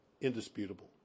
indisputable